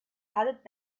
headed